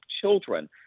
children